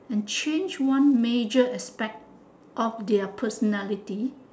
and change one major aspect of their personality